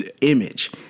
image